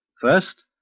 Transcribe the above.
First